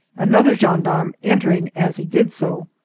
another gendarme entering as he did so.